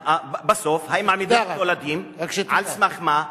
בסוף, אם מעמידים אותו לדין, על סמך מה?